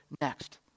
next